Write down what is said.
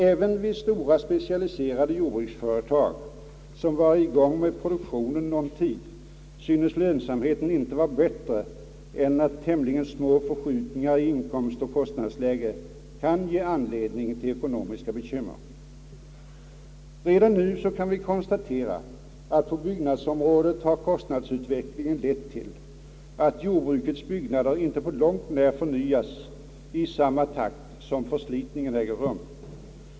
Även vid stora specialiserade jordbruksföretag, som varit i gång med produktionen någon tid, synes lönsamheten inte vara bättre än att tämligen små förskjutningar i inkomsteller kostnadsläget kan ge anledning till ekonomiska bekymmer. Redan nu kan vi konstatera att på byggnadsområdet har kostnadsutvecklingen lett till att jordbrukets byggnader inte på långt när förnyas i samma takt som förslitningen äger rum.